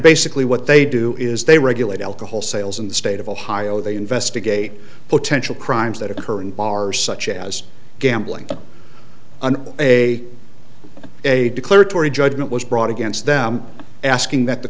basically what they do is they regulate alcohol sales in the state of ohio they investigate potential crimes that occur in bars such as gambling and a a declaratory judgment was brought against them asking that the